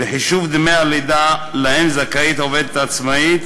בחישוב דמי הלידה שלהם עובדת עצמאית